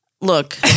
Look